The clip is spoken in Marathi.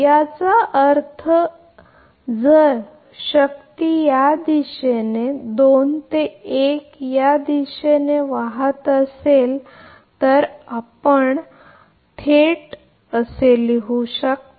याचा अर्थ जर शक्ती या दिशेने 2 ते 1 या दिशेने वाहत असेल तर आपण थेट लिहू शकता